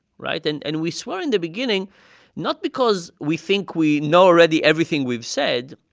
right? and and we swear in the beginning not because we think we know already everything we've said,